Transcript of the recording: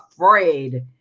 afraid